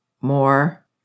more